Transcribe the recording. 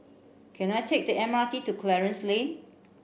can I take the M R T to Clarence Lane